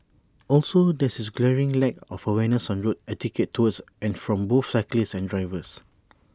also there is A glaring lack of awareness on road etiquette towards and from both cyclists and drivers